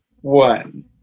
one